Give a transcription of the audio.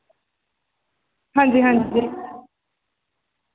हां जी हां जी